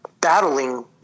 battling